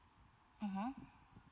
mmhmm